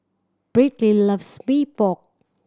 Briley loves Mee Pok